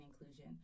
inclusion